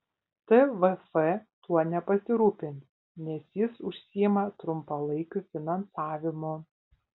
tvf tuo nepasirūpins nes jis užsiima trumpalaikiu finansavimu